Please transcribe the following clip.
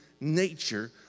nature